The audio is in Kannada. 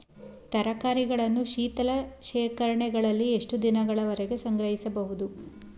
ತರಕಾರಿಗಳನ್ನು ಶೀತಲ ಶೇಖರಣೆಗಳಲ್ಲಿ ಎಷ್ಟು ದಿನಗಳವರೆಗೆ ಸಂಗ್ರಹಿಸಬಹುದು?